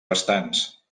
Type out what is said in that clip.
restants